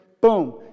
boom